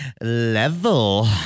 level